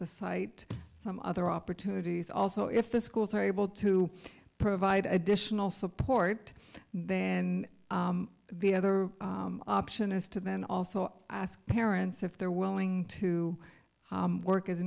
the site some other opportunities also if the schools are able to provide additional support there and the other option is to then also ask parents if they're willing to work as a